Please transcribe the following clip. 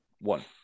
one